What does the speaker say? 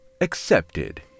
Accepted